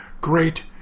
great